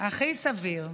הכי סביר.